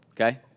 okay